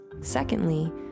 Secondly